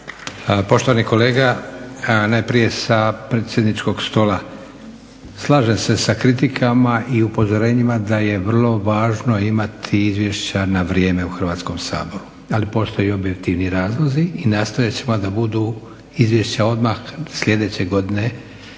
Poštovani kolega, najprije sa predsjedničkog stola. Slažem se sa kritikama i upozorenjima da je vrlo važno imati izvješća na vrijeme u Hrvatskom saboru, ali postoje i objektivni razlozi i nastojat ćemo da budu izvješća odmah sljedeće godine